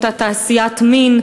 אותה תעשיית מין,